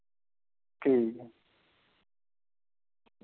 ठीक ऐ